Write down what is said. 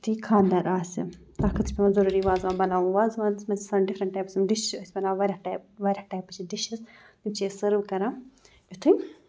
یُتھُے خانٛدَر آسہِ تَتھ خٲطرٕ چھِ پٮ۪وان ضٔروٗری وازوان بَناوُن وازوانَس منٛز چھِ آسسن ڈِفرَنٛٹ ٹایپس یِم ڈِشہِ أسۍ بَناوان واریاہ ٹایپ واریاہ ٹایپچہِ ڈِشہِ تِم چھِ أسۍ سٔرو کَران یُتھُے